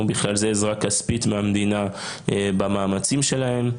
ובכלל זה עזרה כספית מהמדינה במאמצים שלהם.